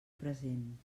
present